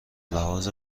لحاظ